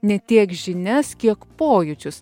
ne tiek žinias kiek pojūčius